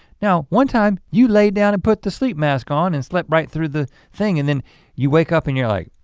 now one time you laid down and put the sleep mask on and slept right through the thing and then you wake up and you're like,